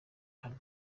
hano